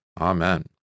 Amen